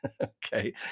okay